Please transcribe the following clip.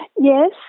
Yes